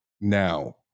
now